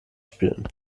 spielen